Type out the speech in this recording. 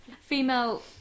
Female